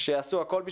שיעשו הכול.